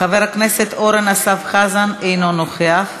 חבר הכנסת אורן אסף חזן, אינו נוכח.